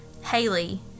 Haley